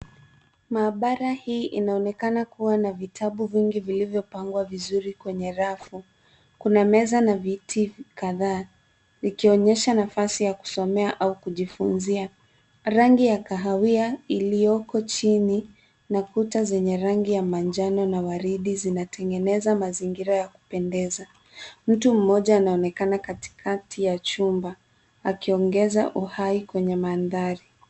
Maabara hii inaonekana kuwa na vitabu vingi vilivyopangwa vizuri kwenye rafu. Kuna meza na viti kadhaa ikionyesha nafasi ya kusomea au kujifunzia. Rangi ya kahawia iliyoko chini na kuta zenye rangi ya manjano na waridi zinatengeneza mazingira ya kupendeza. Mtu mmoja anaonekana katikati ya chumba akiongeza uhai kwenye mandhari.